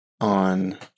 on